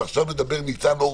חבר הכנסת ניצן הורביץ,